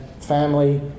family